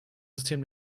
system